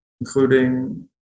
including